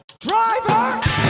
Driver